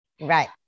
Right